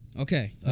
Okay